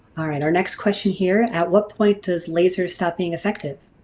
alright our next question here, at what point does laser stop being effective?